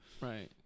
right